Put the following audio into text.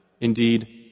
Indeed